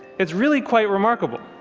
it's really quite remarkable.